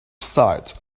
sight